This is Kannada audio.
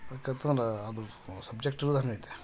ಯಾಕಂತಂದ್ರೆ ಅದು ಸಬ್ಜೆಕ್ಟ್ ಇರೋದೆ ಹಾಗೈತಿ